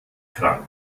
krank